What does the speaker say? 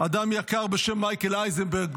אדם יקר בשם מייקל אייזנברג,